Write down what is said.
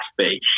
space